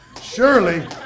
surely